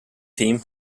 team